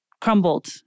crumbled